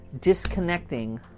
disconnecting